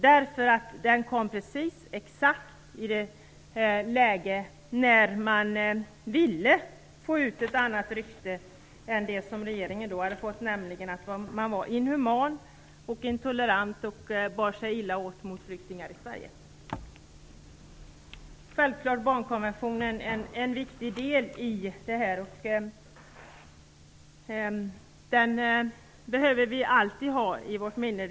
Läckan kom ju exakt i ett läge när man ville skapa ett annat intryck än att regeringen var inhuman och intolerant och att den bar sig illa åt mot flyktingar i Sverige. Självklart är barnkonventionen en viktig del i detta, och den behöver vi alltid ha i åtanke.